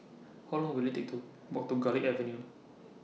How Long Will IT Take to Walk to Garlick Avenue